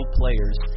players